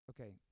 Okay